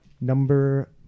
Number